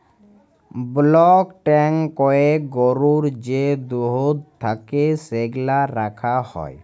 block ট্যাংকয়ে গরুর যে দুহুদ থ্যাকে সেগলা রাখা হ্যয়